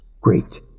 great